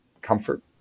comfort